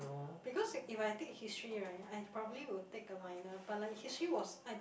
because if if I take history right I'd probably would take a minor but like history was I